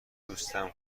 دوستم